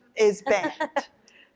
is banned.